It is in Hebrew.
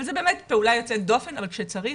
זה באמת פעולה יוצאת דופן, אבל כשצריך